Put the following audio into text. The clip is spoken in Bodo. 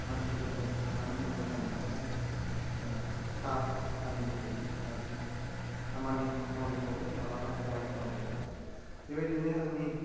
मानसिफोरजों थानानै आं मोजां मोनैखाय साहा फानि लोंहैयो आरो खामानि मावनायफ्रावबो मालाबा सहाय खालामहैयो बेबायदिनो आंनि